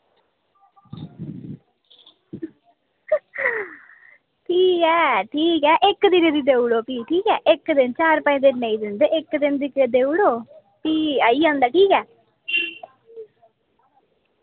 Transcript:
ठीक ऐ ठीक ऐ इक्क दिनै दी देई ओड़ो फ्ही ठीक ऐ इक दिन चार पंज दिन नेईं दिंदे इक्क दिन दी ते देई ओड़ो फ्ही आई जंदा ठीक ऐ